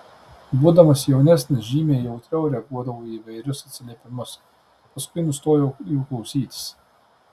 būdamas jaunesnis žymiai jautriau reaguodavau į įvairius atsiliepimus paskui nustojau jų klausytis